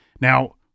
Now